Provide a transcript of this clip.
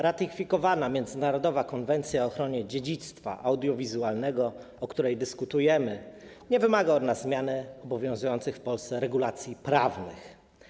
Ratyfikowana Europejska Konwencja o ochronie dziedzictwa audiowizualnego, o której dyskutujemy, nie wymaga od nas zmiany obowiązujących w Polsce regulacji prawnych.